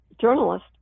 journalist